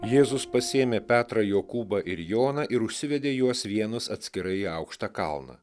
jėzus pasiėmė petrą jokūbą ir joną ir užsivedė juos vienus atskirai į aukštą kalną